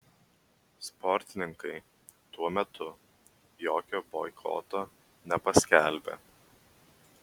sportininkai tuo metu jokio boikoto nepaskelbė